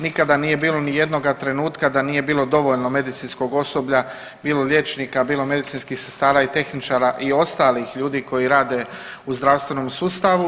Nikada nije bilo ni jednoga trenutka da nije bilo dovoljno medicinskog osoblja bilo liječnika, bilo medicinskih sestara i tehničara i ostalih ljudi koji rade u zdravstvenom sustavu.